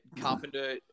Carpenter